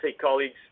colleagues